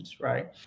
right